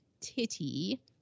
titty